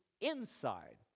inside